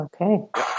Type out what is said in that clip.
Okay